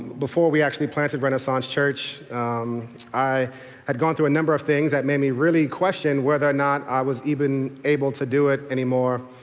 before we actually planted renaissance church i had gone through a number of things that made me really question whether or not i was even able to do it anymore.